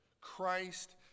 Christ